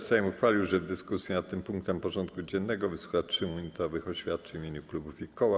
Sejm ustalił, że w dyskusji nad tym punktem porządku dziennego wysłucha 3-minutowych oświadczeń w imieniu klubów i koła.